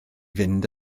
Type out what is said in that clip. fynd